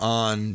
on